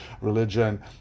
religion